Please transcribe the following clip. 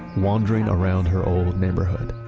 wandering around her old neighborhood.